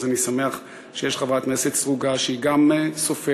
אז אני שמח שיש "חברת כנסת סרוגה" שהיא גם סופרת,